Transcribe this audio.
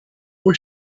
was